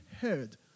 heard